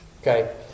okay